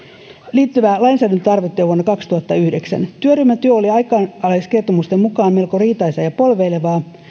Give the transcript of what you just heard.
liittyvää lainsäädäntötarvetta jo vuonna kaksituhattayhdeksän työryhmän työ oli aikalaiskertomusten mukaan melko riitaisaa ja polveilevaa